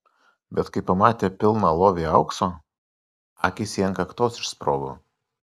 bet kai pamatė pilną lovį aukso akys jai ant kaktos išsprogo